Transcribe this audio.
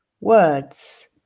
words